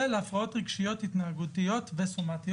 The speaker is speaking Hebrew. ולהפרעות רגשיות, התנהגותיות וסומאטיות.